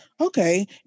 okay